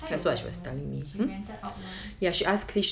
他有 reno she rented out lah